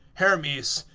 hermes,